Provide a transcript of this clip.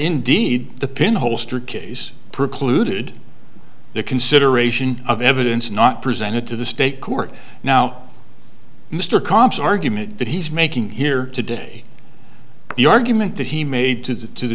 indeed the pinhole strick case precluded the consideration of evidence not presented to the state court now mr cobb's argument that he's making here today the argument that he made to the to the